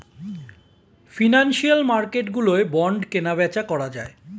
financial মার্কেটগুলোয় bond কেনাবেচা করা যায়